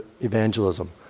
evangelism